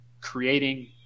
creating